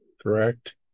correct